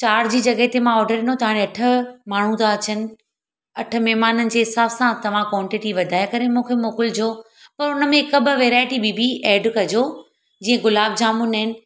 चारि जी जॻह ते मां ऑडर ॾिनो त हाणे अठ माण्हू था अचनि अठ महिमाननि जे हिसाब सां तव्हां कोंटिटी वधाए करे मूंखे मोकिलिजो और उन में हिक ॿ वेराइटी ॿीं बि ऐड कजो जीअं गुलाब जामुन आहिनि